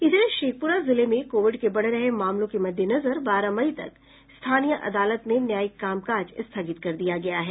इधर शेखपुरा जिले में कोविड के बढ़ रहे मामलों के मद्देनजर बारह मई तक स्थानीय अदालत में न्यायिक कामकाज स्थगित कर दिया गया है